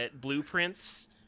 blueprints